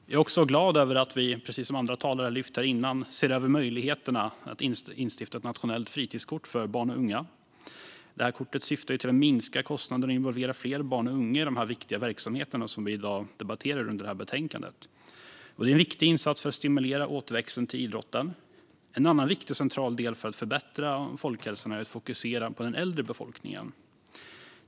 Jag är också glad över att vi - precis som andra talare har lyft fram tidigare - ser över möjligheterna att instifta ett nationellt fritidskort för barn och unga. Kortet syftar till att minska kostnaderna och att involvera fler barn och unga i de viktiga verksamheter som vi i dag debatterar under det här betänkandet. Det är en viktig insats för att stimulera återväxten till idrotten. En annan viktig och central del för att förbättra folkhälsan är att fokusera på den äldre befolkningen.